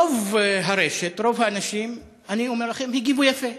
רוב הרשת, רוב האנשים, אני אומר לכם, הגיבו יפה,